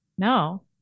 No